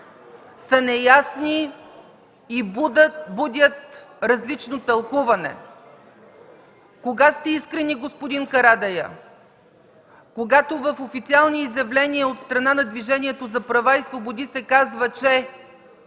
са неясни и будят различно тълкуване! Кога сте искрени, господин Карадайъ? Когато в официални изявления от страна на Движението за права и свободи се казва, че